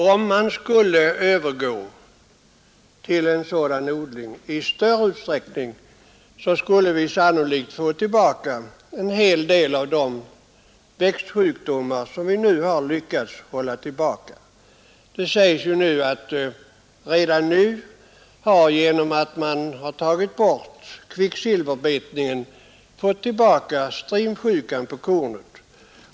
Om man skulle övergå till sådan odling i större utsträckning skulle vi sannolikt få tillbaka en hel del av de växtsjukdomar som vi nu har lyckats hålla tillbaka. Det sägs att vi redan nu, genom att man har upphört med kvicksilverbetningen, har fått tillbaka strimsjukan på kornet.